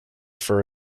for